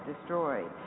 destroyed